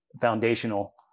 foundational